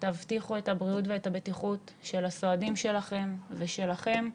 תבטיחו את הבריאות ואת הבטיחות של הסועדים שלכם ושלכם.